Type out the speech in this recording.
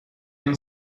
این